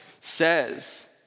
says